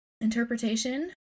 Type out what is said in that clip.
interpretation